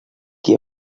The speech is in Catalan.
qui